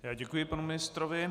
Já děkuji panu ministrovi.